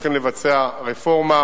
והולכים לבצע רפורמה,